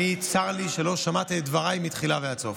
צר לי שלא שמעת את דבריי מתחילה ועד סוף.